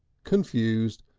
confused,